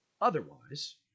otherwise